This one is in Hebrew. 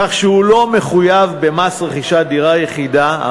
כך שהם לא מחויבים במס רכישת דירה יחידה.